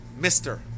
Mr